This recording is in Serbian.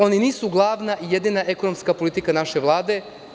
Oni nisu glavna i jedina ekonomska politika naše Vlade.